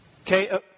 Okay